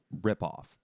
ripoff